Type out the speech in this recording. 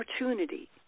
opportunity